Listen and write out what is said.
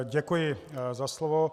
Děkuji za slovo.